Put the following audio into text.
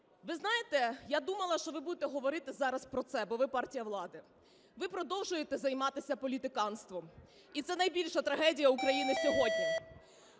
Ви знаєте, я думала, що ви будете говорити зараз про це, бо ви партія влади. Ви продовжуєте займатися політиканством, і це найбільша трагедія України сьогодні.